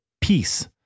Peace